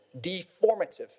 deformative